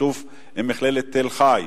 בשיתוף עם מכללת תל-חי.